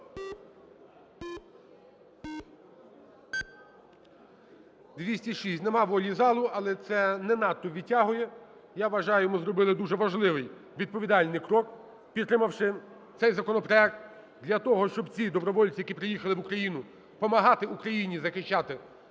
За-206 Нема волі залу, але це не надто відтягує. Я вважаю, ми зробили дуже важливий відповідальний крок, підтримавши цей законопроект, для того, щоб ці добровольці, які приїхали в Україну, помагати Україні захищати